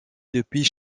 depuis